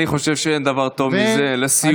אני חושב שאין דבר טוב מזה לסיום הדברים.